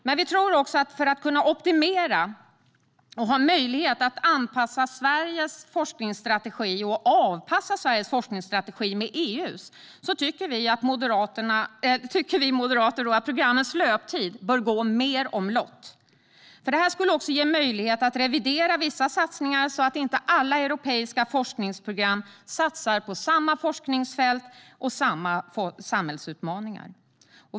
Men för att kunna optimera och ha möjlighet att avpassa Sveriges forskningsstrategi med EU:s tycker vi moderater att programmens löptid bör gå mer omlott. Det skulle också ge möjlighet att revidera vissa satsningar, så att inte alla europeiska forskningsprogram satsar på samma forskningsfält och samma samhällsutmaningar.